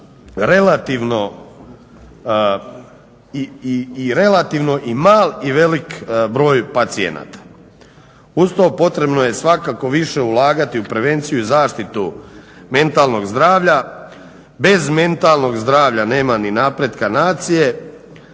relativno i mali i veliki broj pacijenata. Uz to potrebno je svakako više ulagati u prevenciji i zaštitu mentalnog zdravlja. Bez mentalnog zdravlja nema ni napretka nacije